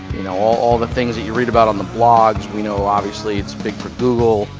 you know, all the things you read about on the blogs, but you know, obviously its big for google.